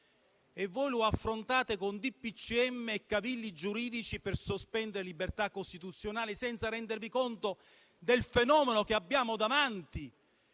Consiglio dei ministri e cavilli giuridici per sospendere libertà costituzionali senza rendervi conto del fenomeno che abbiamo davanti